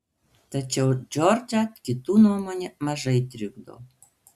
tačiau džordžą kitų nuomonė mažai trikdo